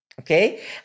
Okay